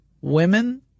women